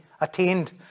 attained